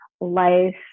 life